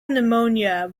pneumonia